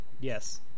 Yes